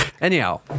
Anyhow